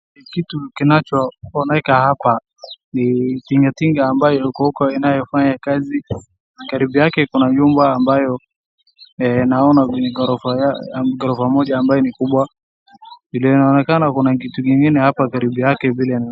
Kitu kinacho oneka hapa ni tinga tinga amayo inayofanya kazi karibu yake kuna nyumba ambayo naona ni gorofa moja ambayo ni kubwa vile inaonekana kuna kitu kingine hapa karibu yake.